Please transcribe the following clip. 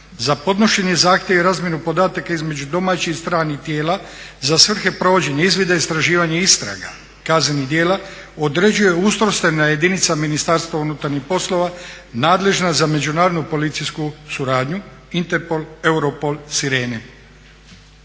za podnošenje zahtjeva i razmjenu podataka između domaćih i stranih tijela za svrhe provođenja, izvida i istraživanja istraga kaznenih djela određuje ustrojstvena jedinica MUP-a nadležna za međunarodnu policijsku suradnju, Interpol, Europol, S.i.Re.N.E.